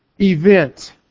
event